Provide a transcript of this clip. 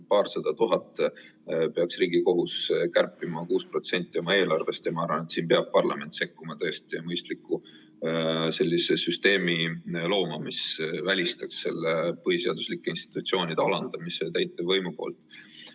paarsada tuhat peaks Riigikohus kärpima, 6% oma eelarvest. Ma arvan, et siin peab parlament sekkuma ja tõesti looma mõistliku süsteemi, mis välistaks sellise põhiseadusliku institutsiooni alandamise täitevvõimu poolt.